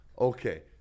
Okay